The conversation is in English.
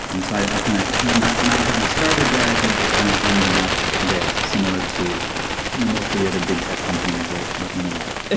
and so kind of not having started there, i think i've kind of ending up there, similar to you know most of the other big tech companies that that we know about.